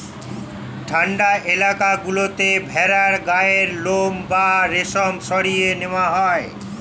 ঠান্ডা এলাকা গুলোতে ভেড়ার গায়ের লোম বা রেশম সরিয়ে নেওয়া হয়